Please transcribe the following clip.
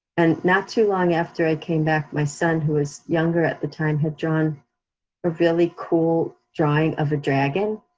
and not too long after i came back, my son who was younger at the time had drawn a really cool drawing of a dragon,